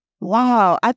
Wow